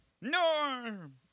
Norm